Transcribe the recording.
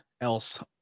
else